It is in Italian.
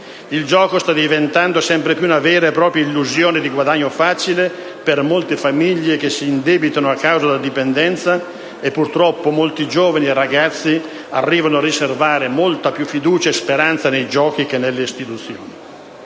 Il gioco sta diventando sempre più una vera e propria illusione di guadagno facile per molte famiglie che si indebitano a causa della dipendenza, e purtroppo molti giovani e ragazzi arrivano a riservare molta più fiducia e speranza nei giochi che nelle istituzioni.